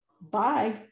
bye